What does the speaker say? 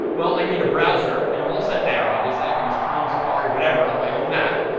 well, i need a browser, and i'm all set there. obviously, i can use chrome, safari, whatever on my own mac.